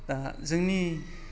दा जोंनि